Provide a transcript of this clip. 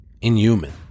Inhuman